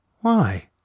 Why